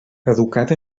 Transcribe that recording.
educat